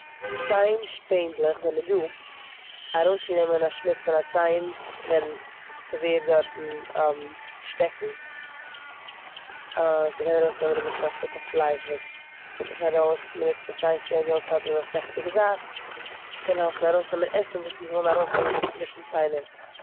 ציין שפענדלעך זענען דא ארויסצונעמען א שמוץ פון די ציין ווען ס'ווערט דארטן שטעקן. ס'קען ארויסנעמען נמשל א שטיקל פלייש וואס קומט נישט ארויס, מ'נוצט א ציין שפענדל, ס'האט אזא שטעכעדיגע זייט. ס'קען העלפן ארויסנעמען עסן וואס אונז ווילן ארויסנעמען צווישן ציינער.